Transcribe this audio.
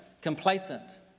complacent